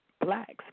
Blacks